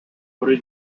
wurde